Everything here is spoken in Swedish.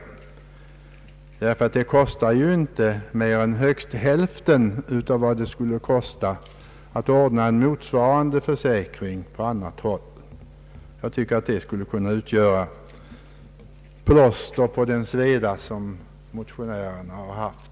En försäkring av detta slag kostar inte mer än högst hälften av vad det skulle kosta att ordna en motsvarande försäkring på annat håll. Jag tycker att det förhållandet skulle kunna utgöra plåster på den sveda som motionärerna har känt.